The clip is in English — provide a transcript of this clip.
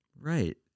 Right